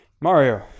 Mario